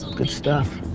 good stuff,